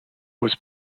was